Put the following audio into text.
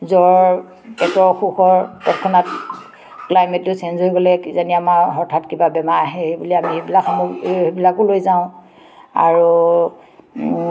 জ্বৰ পেটৰ অসুখৰ তৎক্ষণাত ক্লাইমেটটো চেঞ্জ হৈ গ'লে কিজানি আমাৰ হঠাৎ কিবা বেমাৰ আহে সেইবুলি আমি সেইবিলাকসমূহ সেইবিলাকো লৈ যাওঁ আৰু